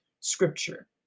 Scripture